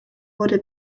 wurde